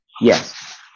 Yes